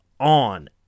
on